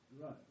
Right